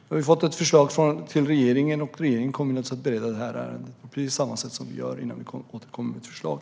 Nu har det kommit ett förslag till regeringen, och regeringen kommer att bereda detta ärende på precis samma sätt som vi brukar innan vi återkommer med förslag.